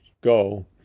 go